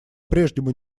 прежнему